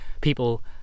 people